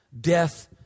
death